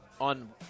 on